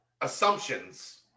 assumptions